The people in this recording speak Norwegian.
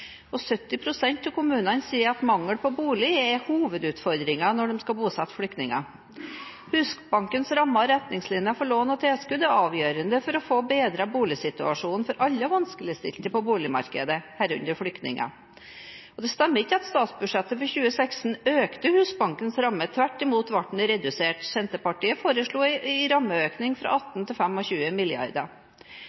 og 70 pst. av kommunene sier at mangel på bolig er hovedutfordringen når de skal bosette flyktninger. Husbankens rammer og retningslinjer for lån og tilskudd er avgjørende for å få bedret boligsituasjonen for alle vanskeligstilte på boligmarkedet, herunder flyktninger. Det stemmer ikke at statsbudsjettet for 2016 økte Husbankens ramme, tvert imot ble den redusert. Senterpartiet foreslo en rammeøkning fra